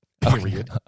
Period